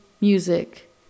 Music